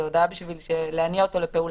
זה הודעה בשביל להניע אותו לפעולה.